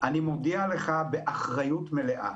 אני מודיע לך באחריות מלאה